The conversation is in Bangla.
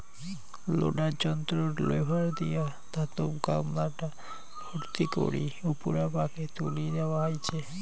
লোডার যন্ত্রর লেভার দিয়া ধাতব গামলাটা ভর্তি করি উপুরা পাকে তুলি দ্যাওয়া আচে